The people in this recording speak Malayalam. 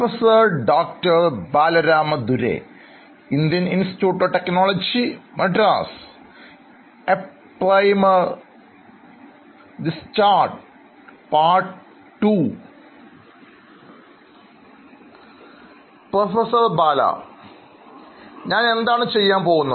പ്രൊഫസർബാല ഞാൻ എന്താണ് ചെയ്യുവാൻ പോകുന്നത്